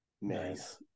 Nice